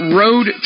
road